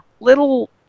little